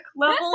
level